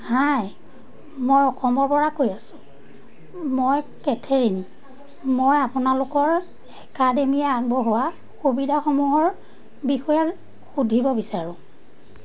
হাই মই অসমৰপৰা কৈ আছো মই কেথেৰিন মই আপোনালোকৰ একাডেমিয়ে আগবঢ়োৱা সুবিধাসমূহৰ বিষয়ে সুধিব বিচাৰোঁ